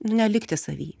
nelikti savy